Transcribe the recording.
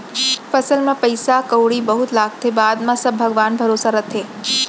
फसल म पइसा कउड़ी बहुत लागथे, बाद म सब भगवान भरोसा रथे